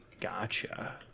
Gotcha